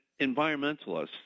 environmentalists